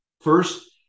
first